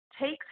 takes